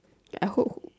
I hope